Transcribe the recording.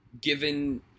given